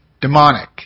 Demonic